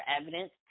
evidence